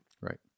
Right